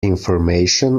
information